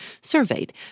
surveyed